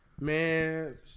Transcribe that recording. Man